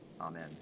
Amen